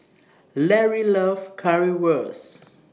Lary loves Currywurst